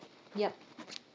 yup